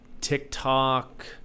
TikTok